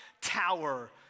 tower